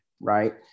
right